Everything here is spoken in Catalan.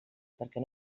perquè